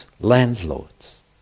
landlords